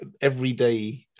everyday